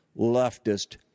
leftist